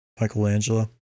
Michelangelo